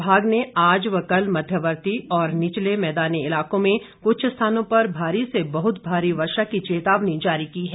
विभाग ने आज व कल मध्यवर्ती और निचले मैदानी इलाकों में कुछ स्थानों पर भारी से बहत भारी वर्षा की चेतावनी जारी की है